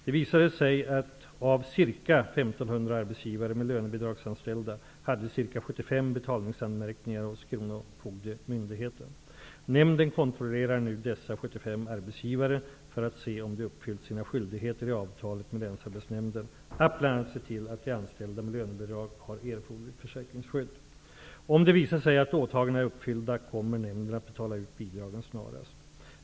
Det visade sig att av ca 1 500 arbetsgivare med lönebidragsanställda hade ca 75 betalningsanmärkningar hos kronofogdemyndigheten. Nämnden kontrollerar nu dessa 75 arbetsgivare för att se om de uppfyllt sina skyldigheter i avtalet med Länsarbetnämnden att bl.a. se till att de anställda med lönebidrag har erforderligt försäkringsskydd. Om det visar sig att åtagandena är uppfyllda kommer nämnden att betala ut bidragen snarast.